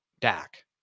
Dak